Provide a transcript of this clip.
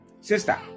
Sister